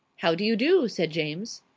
how do you do? said james.